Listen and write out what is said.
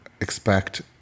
expect